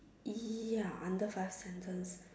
ya under five sentences